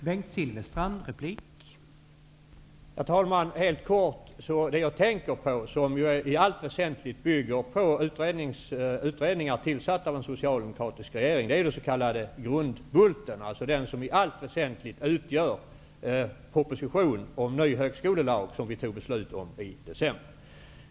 Herr talman! Helt kort: Det som jag tänker på när jag talar om förslag som i allt väsentligt bygger på utredningar tillsatta av en socialdemokratisk regering är den s.k. grundbulten, dvs. det som i allt väsentligt utgör grunden för den nya högskolelag som vi tog beslut om i december.